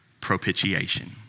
propitiation